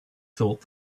thought